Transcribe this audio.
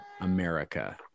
America